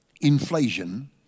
inflation